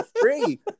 free